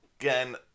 again